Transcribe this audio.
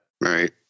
right